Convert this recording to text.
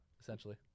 essentially